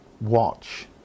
watch